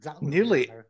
Nearly